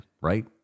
right